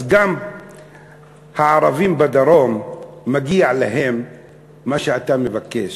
אז גם הערבים בדרום מגיע להם מה שאתה מבקש,